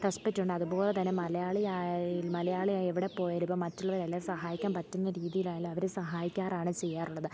respect ഉണ്ട് അതുപോലെ തന്നെ മലയാളി ആയി മലയാളി ആയി എവിടെ പോയാലും ഇപ്പം മറ്റുള്ളവരെ പിന്നെ സഹായിക്കാൻ പറ്റുന്ന രീതിയിലായാലും അവരെ സഹായിക്കാറാണ് ചെയ്യാറുള്ളത്